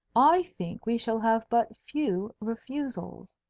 i think we shall have but few refusals,